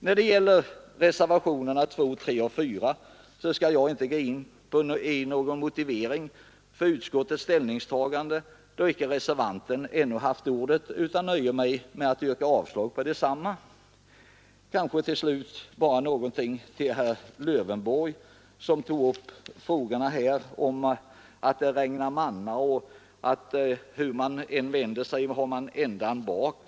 När det gäller reservationerna 2, 3 och 4 skall jag inte gå in i någon motivering för utskottets ställningstagande, då alla reservanter ännu icke haft ordet, utan nöjer mig med att yrka avslag på desamma. Jag skall emellertid säga ett par ord till herr Lövenborg, som talade om att det regnar manna och att hur man än vänder sig har man ändan bak.